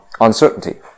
Uncertainty